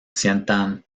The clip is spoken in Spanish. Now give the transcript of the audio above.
sientan